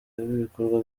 ibikorwa